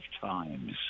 times